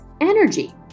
energy